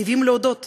חייבים להודות